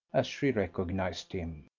as she recognised him.